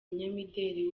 umunyamideli